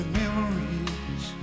memories